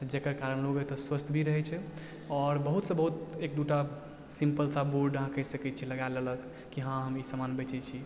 जकर कारण लोग एतए स्वस्थ भी रहै छै आओर बहुतसँ बहुत एक दूटा सिम्पल सा बोर्ड अहाँ कही सकैत छियै लगा लेलक कि हँ हम ई समान बेचै छी